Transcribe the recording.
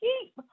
keep